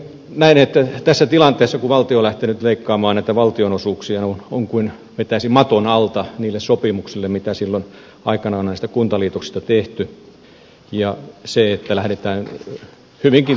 näen että tässä tilanteessa kun valtio on lähtenyt leikkaamaan näitä valtionosuuksia on kuin vetäisi maton alta niiltä sopimuksilta mitä silloin aikanaan on näistä kuntaliitoksista tehty ja lähdetään hyvinkin tyhjän päälle